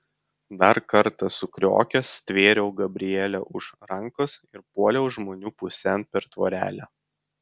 dar kartą sukriokęs stvėriau gabrielę už rankos ir puoliau žmonių pusėn per tvorelę